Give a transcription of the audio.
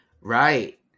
Right